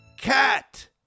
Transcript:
cat